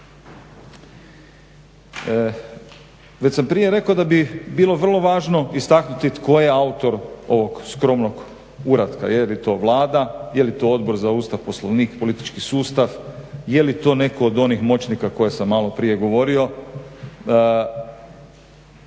Već sam prije rekao da bi bilo vrlo važno istaknuti tko je autor ovog skromnog uratka, je li to Vlada, je li to Odbor za Ustav, Poslovnik, politički sustav, je li to netko od onih moćnika koje sam malo prije govorio.